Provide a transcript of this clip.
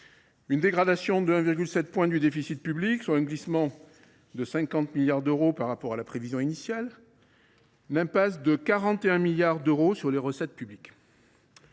une dégradation de 1,7 point du déficit public, soit un glissement de 50 milliards d’euros par rapport à la prévision initiale, et une impasse de 41 milliards d’euros sur les recettes publiques.